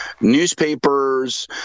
newspapers